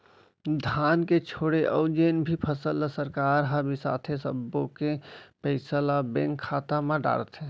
धान के छोड़े अउ जेन भी फसल ल सरकार ह बिसाथे सब्बो के पइसा ल बेंक खाता म डारथे